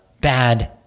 bad